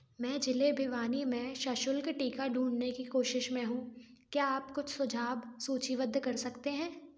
मैं जिले भिवानी में सशुल्क टीका ढूँढने की कोशिश में हूँ क्या आप कुछ सुझाव सूचीबद्ध कर सकते हैं